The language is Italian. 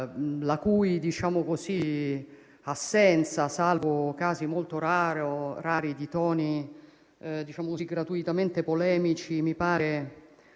in cui l'assenza (salvo casi molto rari) di toni gratuitamente polemici, mi pare